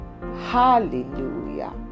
Hallelujah